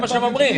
זה מה שהם אומרים.